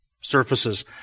surfaces